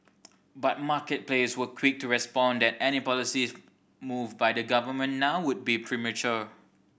but market players were quick to respond that any policies move by the government now would be premature